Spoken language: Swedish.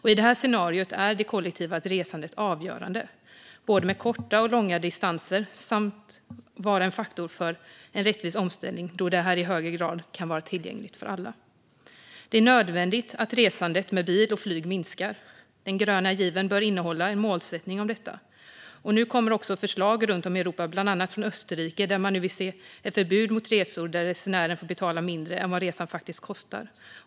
I det här scenariot är det kollektiva resandet avgörande för både korta och långa distanser. Det kollektiva resandet ska vara en faktor för en rättvis omställning då det i högre grad kan vara tillgängligt för alla. Det är nödvändigt att resandet med bil och flyg minskar. Den gröna given bör innehålla ett mål om detta. Nu kommer också förslag runt om i Europa, bland annat från Österrike, där man vill se ett förbud mot resor där resenären får betala mindre än vad resan faktiskt kostar.